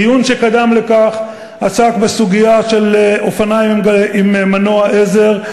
דיון שקדם לכך עסק בסוגיה של אופניים עם מנוע עזר.